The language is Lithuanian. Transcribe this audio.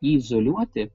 jį izoliuoti